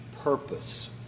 purpose